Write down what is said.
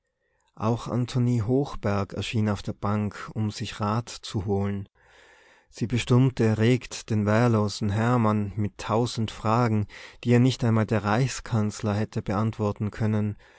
auch antonie hochberg erschien auf der bank um sich rat zu erholen sie bestürmte erregt den wehrlosen hermann mit tausend fragen die ihr nicht einmal der reichskanzler hätte beantworten können